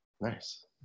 Nice